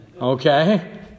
Okay